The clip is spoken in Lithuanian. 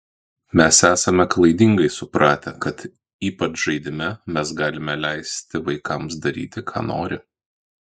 mes esame klaidingai supratę kad ypač žaidime mes galime leisti vaikams daryti ką nori